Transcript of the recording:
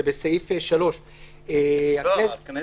זה בסעיף 3. בעיקרון,